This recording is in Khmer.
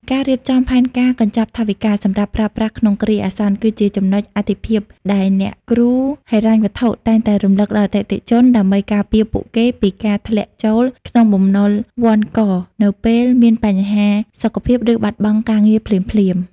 ការរៀបចំផែនការកញ្ចប់ថវិកាសម្រាប់ប្រើប្រាស់ក្នុងគ្រាអាសន្ន គឺជាចំណុចអាទិភាពដែលអ្នកគ្រូហិរញ្ញវត្ថុតែងតែរំលឹកដល់អតិថិជន ដើម្បីការពារពួកគេពីការធ្លាក់ចូលក្នុងបំណុលវណ្ឌកនៅពេលមានបញ្ហាសុខភាព ឬបាត់បង់ការងារភ្លាមៗ។